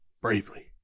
bravely